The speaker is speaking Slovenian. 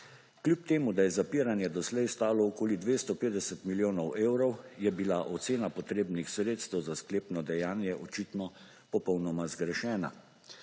Kljub temu da je zapiranje doslej stalo okoli 250 milijonov evrov, je bila ocena potrebnih sredstev za sklepno dejanje očitno popolnoma zgrešena,